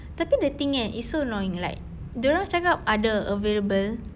tapi the thing eh it's so annoying like dia orang cakap ada available